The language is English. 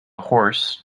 horse